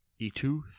E2